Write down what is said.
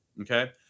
okay